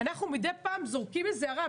אנחנו מדי פעם זורקים איזו הערה.